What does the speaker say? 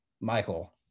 Michael